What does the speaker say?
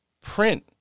print